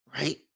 right